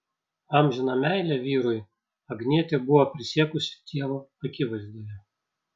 amžiną meilę vyrui agnietė buvo prisiekusi dievo akivaizdoje